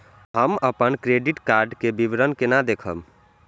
हम अपन credit card के विवरण केना देखब?